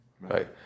Right